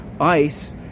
ICE